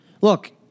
look